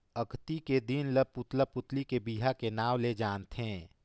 अक्ती के दिन ल पुतला पुतली के बिहा के नांव ले जानथें